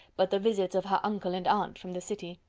but the visits of her uncle and aunt from the city.